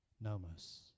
nomos